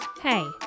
Hey